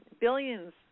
billions